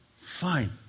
Fine